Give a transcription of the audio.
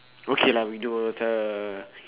okay lah we do the